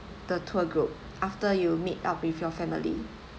the tour group after you meet up with your family